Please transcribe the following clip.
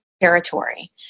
territory